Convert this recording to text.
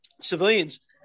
civilians